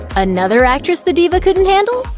another actress the diva couldn't handle?